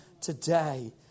today